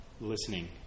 Listening